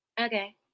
okay